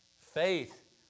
Faith